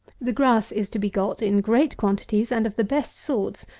the grass is to be got, in great quantities and of the best sorts,